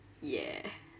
yeah